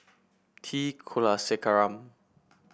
T Kulasekaram